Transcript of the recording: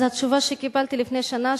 אז התשובה שקיבלתי לפני שנה,